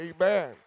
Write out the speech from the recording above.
Amen